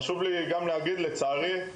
חשוב לי להגיד, לצערי,